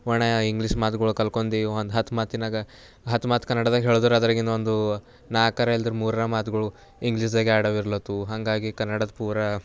ಒಣ ಇಂಗ್ಲೀಷ್ ಮಾತುಗಳು ಕಲ್ತ್ಕೊಂಡು ಒಂದು ಹತ್ತು ಮಾತಿನಾಗ ಹತ್ತು ಮಾತು ಕನ್ನಡದಾಗ ಹೇಳಿದ್ರೆ ಅದ್ರಾಗಿಂದು ಒಂದು ನಾಲ್ಕರ ಇಲ್ದ್ರ ಮೂರರ ಮಾತುಗಳು ಇಂಗ್ಲೀಷ್ದಾಗ ಎರಡು ಅವು ಇರ್ಲತ್ತವು ಹಾಗಾಗಿ ಕನ್ನಡದ ಪೂರಾ